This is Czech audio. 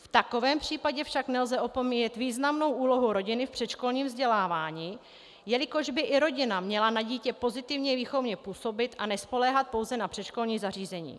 V takovém případě však nelze opomíjet významnou úlohu rodiny v předškolním vzdělávání, jelikož by i rodina měla na dítě pozitivně výchovně působit a nespoléhat pouze na předškolní zařízení.